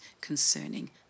concerning